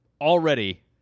already